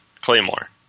Claymore